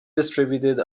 distributed